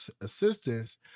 assistance